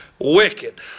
Wicked